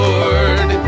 Lord